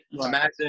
imagine